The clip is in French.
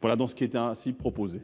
portant création